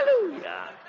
Hallelujah